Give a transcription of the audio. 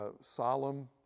solemn